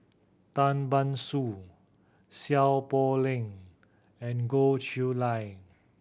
Tan Ban Soon Seow Poh Leng and Goh Chiew Lye